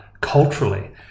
culturally